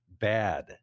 bad